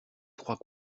trois